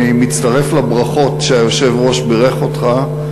אני מצטרף לברכות שהיושב-ראש בירך אותך.